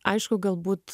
aišku galbūt